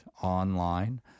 online